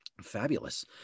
Fabulous